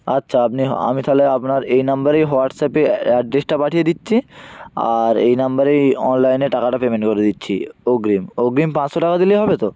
আচ্ছা আপনি আমি তাহলে আপনার এই নাম্বারেই হোয়াটসঅ্যাপে অ্যাড্রেসটা পাঠিয়ে দিচ্ছি আর এই নাম্বারেই অনলাইনে টাকাটা পেমেন্ট করে দিচ্ছি অগ্রিম অগ্রিম পাঁচশো টাকা দিলেই হবে তো